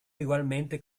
igualmente